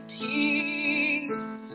peace